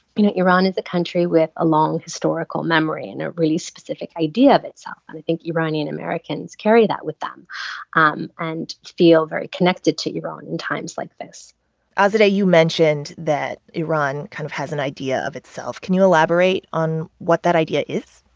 you know, iran is a country with a long historical memory and a really specific idea of itself. and i think iranian americans carry that with them um and feel very connected to iran in times like this ah azadeh, ah you mentioned that iran kind of has an idea of itself. can you elaborate on what that idea is?